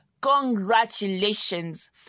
congratulations